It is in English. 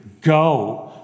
Go